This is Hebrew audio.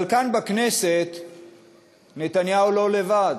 אבל כאן בכנסת נתניהו לא לבד.